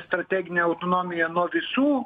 strateginę autonomiją nuo visų